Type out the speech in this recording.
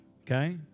okay